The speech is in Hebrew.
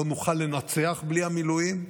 לא נוכל לנצח בלי המילואים.